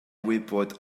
wybod